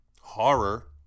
horror